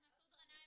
לו.